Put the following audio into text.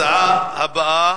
הנושא הבא: